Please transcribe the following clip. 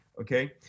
Okay